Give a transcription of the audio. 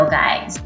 guys